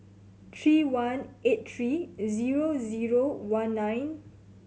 three one eight three zero zero one nine